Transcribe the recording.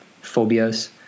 phobias